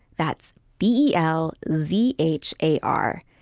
that's b l z h a r.